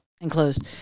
enclosed